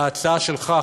ההצעה שלך,